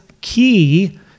key